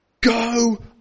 Go